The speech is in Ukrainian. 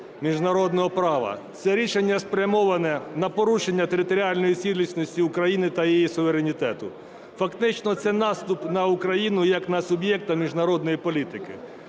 міжнародного права. Це рішення спрямоване на порушення територіальної цілісності України та її суверенітету, фактично це наступ на Україну як на суб'єкта міжнародної політики.